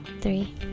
Three